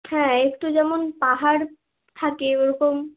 হ্যাঁ একটু যেমন পাহাড় থাকে ওরকম